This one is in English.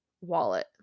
wallet